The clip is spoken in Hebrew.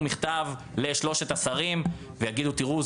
מכתב לשלושת השרים ויגידו: תראו,